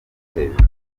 hejuru